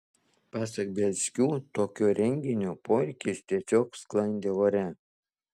pasak bielskių tokio renginio poreikis tiesiog sklandė ore